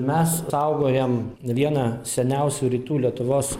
mes saugojam vieną seniausių rytų lietuvos